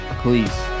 please